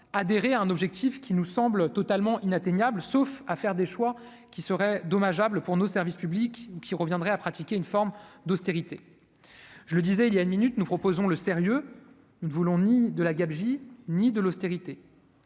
adhérer à un objectif qui nous semble totalement inatteignable, sauf à faire des choix qui serait dommageable pour nos services publics ou qui reviendrait à pratiquer une forme d'austérité, je le disais il y a une minute, nous proposons le sérieux, nous ne voulons ni de la gabegie, ni de l'austérité,